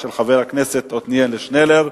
של חבר הכנסת עתניאל שנלר.